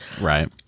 Right